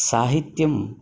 साहित्यं